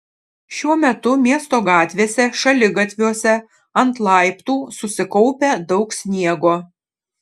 šiuo metu miesto gatvėse šaligatviuose ant laiptų susikaupę daug sniego